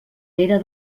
era